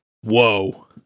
whoa